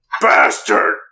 bastard